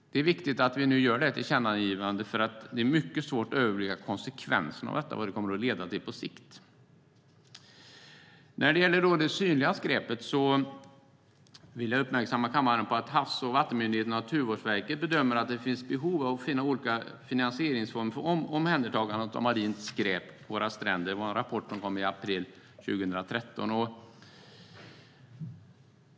Det är viktigt att vi nu gör det här tillkännagivandet. Det är mycket svårt att överblicka konsekvenserna av detta på sikt. När det gäller det synliga skräpet vill jag uppmärksamma kammaren på att Havs och vattenmyndigheten och Naturvårdsverket bedömer att det finns behov av att finna olika finansieringsformer för omhändertagandet av marint skräp på våra stränder. Det kom en rapport om det i april 2013.